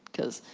because,